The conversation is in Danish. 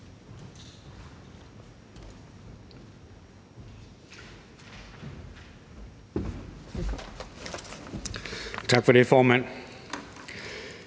Tak for det, formand.